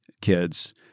kids